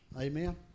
Amen